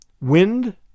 Wind